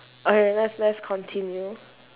okay let's let's continue